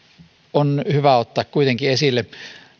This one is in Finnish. on hyvä ottaa kuitenkin esille